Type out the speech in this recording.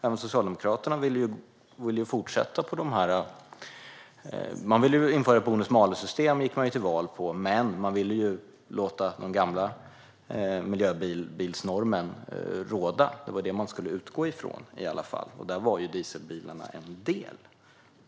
Även Socialdemokraterna gick ju till val på att man ville införa ett bonus-malus-system, men man ville låta den gamla miljöbilsnormen råda. Det var i alla fall det som man skulle utgå ifrån, och där var dieselbilarna en del.